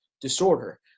disorder